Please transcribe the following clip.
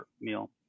meal